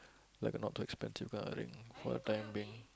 like the not too expensive kind of thing for the time being